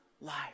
life